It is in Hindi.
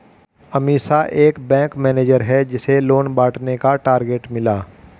अमीषा एक बैंक मैनेजर है जिसे लोन बांटने का टारगेट मिला